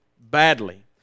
badly